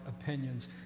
opinions